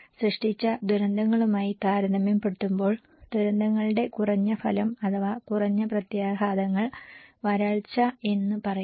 സൃഷ്ട്ടിച്ച ദുരന്തങ്ങളുമായി താരതമ്യപ്പെടുത്തുമ്പോൾ ദുരന്തങ്ങളുടെ കുറഞ്ഞ ഫലം അഥവാ കുറഞ്ഞ പ്രത്യാഘാതങ്ങൾ വരൾച്ച എന്ന് പറയാം